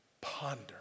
ponder